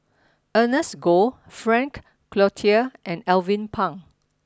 Ernest Goh Frank Cloutier and Alvin Pang